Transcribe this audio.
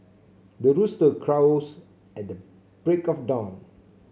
the rooster crows at the break of dawn